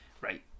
Right